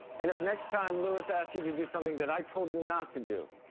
and if next time, louis asks you to do something that i told you not to do,